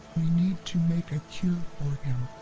we need to make a cure for him.